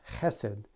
chesed